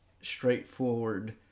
straightforward